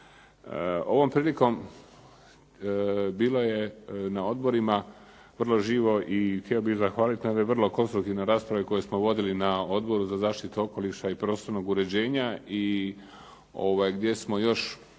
Ovom prilikom bilo je na odborima vrlo živo i htio bih zahvaliti na jednoj vrlo konstruktivnoj raspravi koju smo vodili na Odboru za zaštitu okoliša i prostornog uređenja i gdje smo još